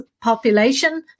population